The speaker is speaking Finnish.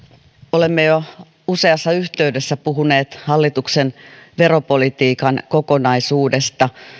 olemme jo useassa yhteydessä puhuneet hallituksen veropolitiikan kokonaisuudesta